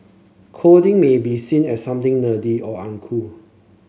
coding may be seen as something nerdy or uncool